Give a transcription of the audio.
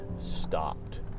stopped